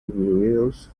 reviews